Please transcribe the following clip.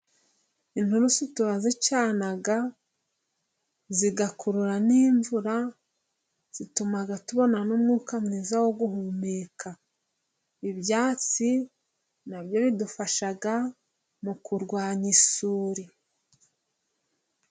Inturusu turazicana, zikurura imvura ,zituma tubona n'umwuka mwiza wo guhumeka. Ibyatsi na byo bidufasha mu kurwanya isuri.